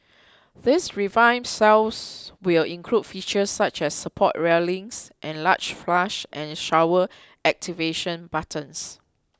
these revamped cells will include features such as support railings and large flush and shower activation buttons